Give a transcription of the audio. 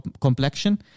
complexion